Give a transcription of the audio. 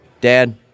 Dad